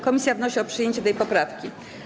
Komisja wnosi o przyjęcie tej poprawki.